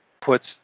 puts